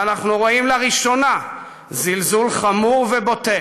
ואנחנו רואים לראשונה זלזול חמור ובוטה